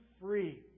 free